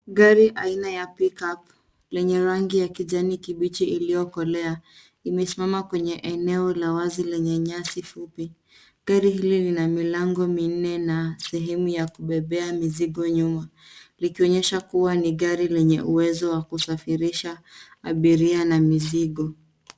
Gari aina ya pick up lenye rangi ya kijani kibichi iliyo kolea limesimama kwenye eneo la wazi lenye nyasi fupi. Gari hili lina milango minne na sehemu ya kubebea mizigo nyuma likionyesha kuwa ni gari lenye uwezo wa kusafirisha abiria' a mizigo.